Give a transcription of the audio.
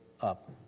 up